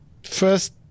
First